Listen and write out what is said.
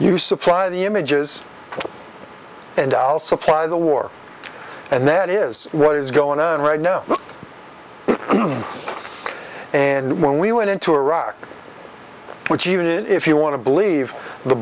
you supply the images and our supply the war and that is what is going on right now and when we went into iraq which even if you want to believe the